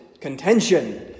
contention